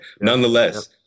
nonetheless